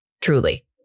Truly